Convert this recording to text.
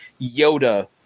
Yoda